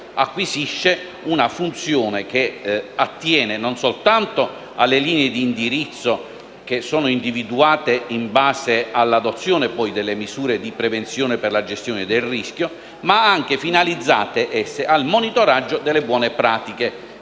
acquisisce una funzione che attiene non solo alle linee di indirizzo individuate in base all'adozione delle misure di prevenzione per la gestione del rischio, ma anche alle linee finalizzate al monitoraggio delle buone pratiche